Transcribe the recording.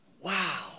Wow